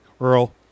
Earl